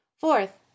Fourth